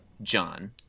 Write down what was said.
john